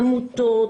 עמותות,